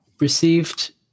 received